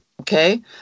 Okay